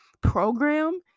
program